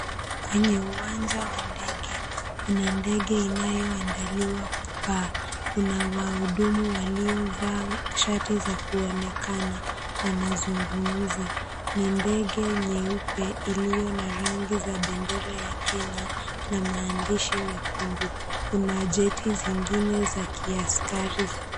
Kwenye uwanja wa ndege, kuna ndege inayoandaliwa kupaa. Kuna wahudumu waliovaa shati za kuonekana wakizungumza. Ndege nyeupe iliyo na rangi za bendera ya Kenya na maandishi mekundu, kuna jeti nyingine za kiaskari.